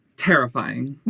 terrifying.